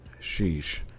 Sheesh